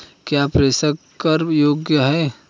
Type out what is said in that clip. क्या प्रेषण कर योग्य हैं?